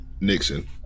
Nixon